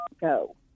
go